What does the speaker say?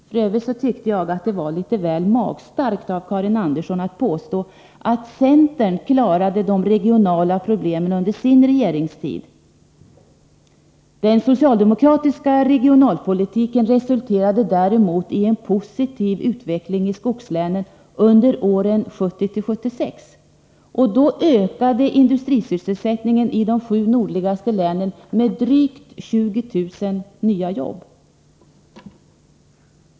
F. ö. tyckte jag att det var litet väl magstarkt av Karin Andersson att påstå att centern klarade de regionalpolitiska problemen under sin regeringstid. Den socialdemokratiska regionalpolitiken resulterade däremot i en positiv utveckling i skogslänen under åren 1970-1976. Då ökade industrisysselsättningen i de sju nordligaste länen med drygt 20 000 nya jobb.